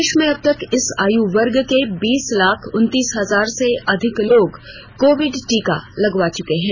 देश में अब तक इस आयु वर्ग के बीस लाख उनतीस हजार से अधिक लोग कोविड टीका लगवा चुके हैं